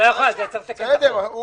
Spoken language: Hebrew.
לא, אני